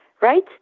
right